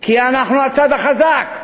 כי אנחנו הצד החזק.